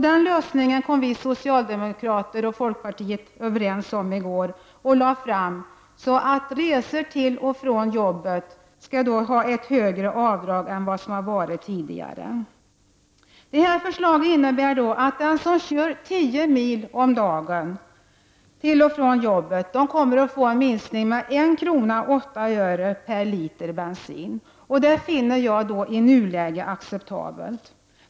Den lösningen kom vi socialdemokrater och folkpartiet överens om och lade fram i går. Resor till och från jobbet skall ha ett högre avdrag än tidigare. Detta förslag innebär att den som kör tio mil om dagen till och från jobbet kommer att få en minskning med 1:08 kr. per liter bensin. Det finner jag i nuläget acceptabelt.